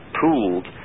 pooled